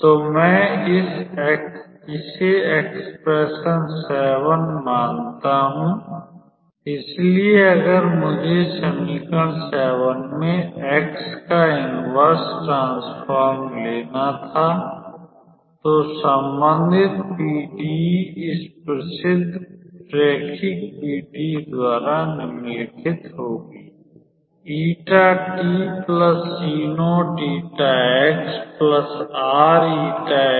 तो मैं इसे एक्सप्रेशन नंबर 7 मानता हूं इसलिए अगर मुझे समीकरण 7 में x का इनवर्स ट्रांसफॉर्म लेना था तो संबंधित PDE इस प्रसिद्ध रैखिक PDE द्वारा निम्नानुसार होगी